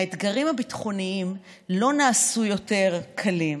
האתגרים הביטחוניים לא נעשו יותר קלים,